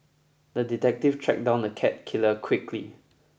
the detective tracked down the cat killer quickly